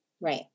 Right